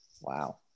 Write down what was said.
Wow